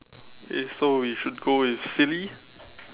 okay so we should go with silly